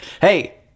hey